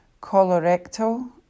colorectal